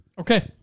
Okay